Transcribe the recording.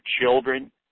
children